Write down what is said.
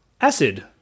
acid